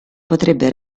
potrebbe